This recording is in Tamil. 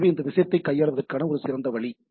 எனவே இது விஷயத்தை கையாளுவதற்கான ஒரு வழி